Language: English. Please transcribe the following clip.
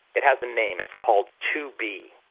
it has a name, it's called two b,